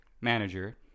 manager